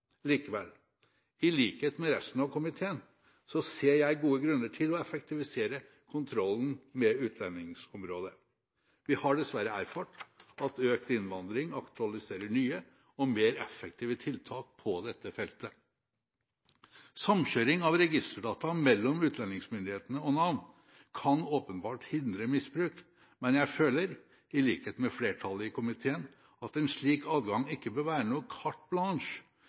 Likevel ser jeg i likhet med resten av komiteen gode grunner til å effektivisere kontrollen med utlendingsområdet. Vi har dessverre erfart at økt innvandring aktualiserer nye og mer effektive tiltak på dette feltet. Samkjøring av registerdata mellom utlendingsmyndighetene og Nav kan åpenbart hindre misbruk, men jeg føler i likhet med flertallet i komiteen at en slik adgang ikke bør være